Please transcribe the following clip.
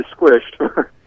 squished